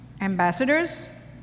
ambassadors